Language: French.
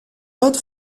autre